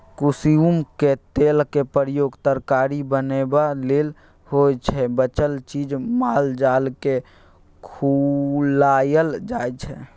कुसुमक तेलक प्रयोग तरकारी बनेबा लेल होइ छै बचल चीज माल जालकेँ खुआएल जाइ छै